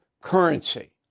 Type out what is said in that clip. currency